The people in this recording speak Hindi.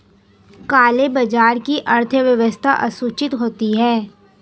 काले बाजार की अर्थव्यवस्था असूचित होती है